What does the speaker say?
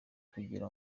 kugira